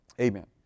Amen